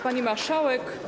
Pani Marszałek!